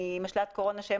ממשל"ט קורונה,